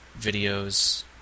videos